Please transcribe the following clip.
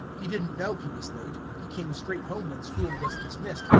he did n't know he was late he came straight home when school was dismissed,